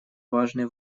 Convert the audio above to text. важный